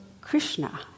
Krishna